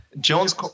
jones